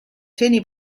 seni